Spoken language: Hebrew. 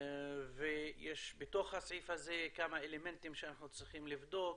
יש בתוך הסעיף כמה אלמנטים שאנחנו צריכים לבדוק,